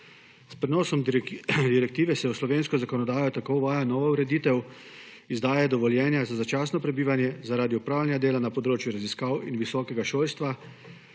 S prenosom direktive se v slovensko zakonodajo tako uvaja nova ureditev izdaje dovoljenja za začasno prebivanje zaradi opravljanja dela na področju raziskav in visokega šolstva,